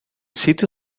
sitio